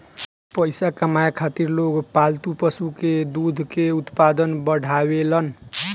पइसा कमाए खातिर लोग पालतू पशु के दूध के उत्पादन बढ़ावेलन